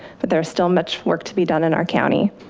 but there's still much work to be done in our county.